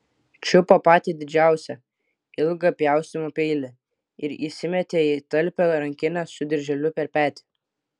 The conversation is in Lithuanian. čiupo patį didžiausią ilgą pjaustymo peilį ir įsimetė į talpią rankinę su dirželiu per petį